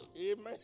Amen